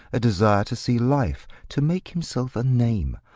a desire to see life, to make himself a name.